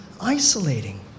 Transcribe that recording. isolating